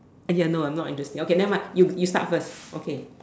I didn't know I'm not interested okay never mind you you start first okay